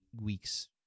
weeks